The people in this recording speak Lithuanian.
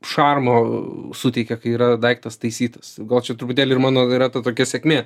šarmo suteikia kai yra daiktas taisytas gal čia truputėlį ir mano yra ta tokia sėkmė